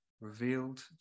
revealed